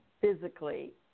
physically